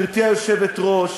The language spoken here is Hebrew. גברתי היושבת-ראש,